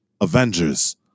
Avengers